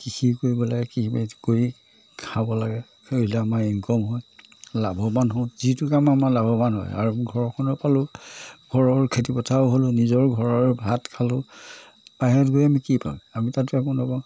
কৃষি কৰিব লাগে কি কৰি খাব লাগে কৰিলে আমাৰ ইনকম হয় লাভৱান হওঁ যিটো কাম আমাৰ লাভৱান হয় আৰু ঘৰখনো পালোঁ ঘৰৰ খেতিপথাৰো হ'লোঁ নিজৰ ঘৰৰ ভাত খালোঁ বাহিৰলৈ গৈ আমি কি পাওঁ আমি তাতো একো নাপাওঁ